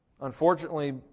Unfortunately